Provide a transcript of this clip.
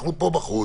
אנחנו פה בחוץ,